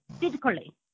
physically